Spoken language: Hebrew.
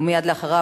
ומייד אחריו,